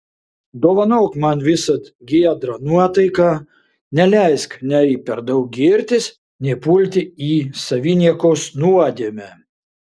dovanok man visad giedrą nuotaiką neleisk nei per daug girtis nei pulti į saviniekos nuodėmę